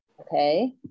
Okay